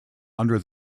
under